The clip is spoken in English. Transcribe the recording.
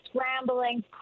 scrambling